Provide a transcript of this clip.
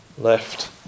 left